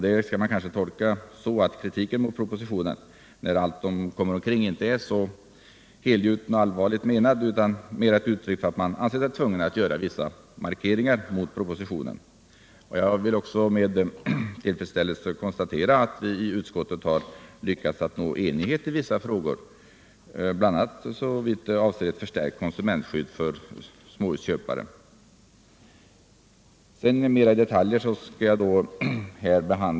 Det skall man kanske tolka så art kritiken mot propositionen när allt kommer omkring inte är så helgjuten och allvarligt menad utan mera är ett uttryck för att man ansett sig tvungen att göra vissa markeringar mot propositionen. Jag vill också med tillfredsställelse konstatera att vi i utskottet lyckats nå enighet i vissa frågor, bl.a. såvitt avser ett förstärkt konsumentskydd för småhusköpare.